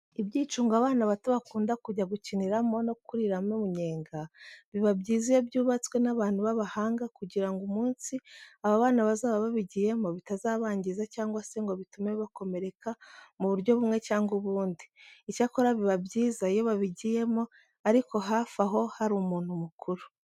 Ibyicungo abana bato bakunda kujya gukiniramo no kuriramo umunyenga, biba byiza iyo byubatswe n'abantu b'abahanga kugira ngo umunsi aba bana bazaba babigiyemo bitazabangiza cyangwa se ngo bitume bakomereka mu buryo bumwe cyangwa ubundi. Icyakora biba byiza iyo babijyiyemo ariko hafi aho hari umuntu mukuru.